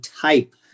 type